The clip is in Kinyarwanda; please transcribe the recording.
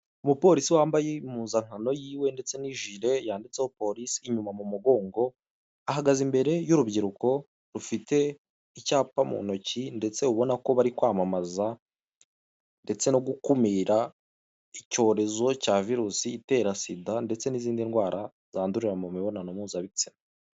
Umupolisi wambaye impuzankano yiwe ndetse n'ijile yanditseho polisi inyuma mu mugongo, ahagaze imbere y'urubyiruko rufite icyapa mu ntoki ndetse ubona ko bari kwamamaza ndetse no gukumira icyorezo cya virusi itera sida, ndetse n'izindi ndwara zandurira mu mibonano mpuzabitsina.